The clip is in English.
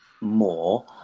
more